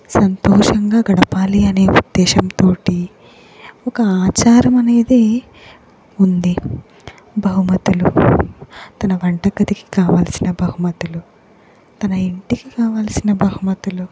సంతోషంగా గడపాలి అనే ఉద్దేశంతో ఒక ఆచారం అనేదే ఉంది బహుమతులు తన వంటగదికి కావాల్సిన బహుమతులు తన ఇంటికి కావాల్సిన బహుమతులు